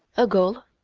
a gull.